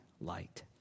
light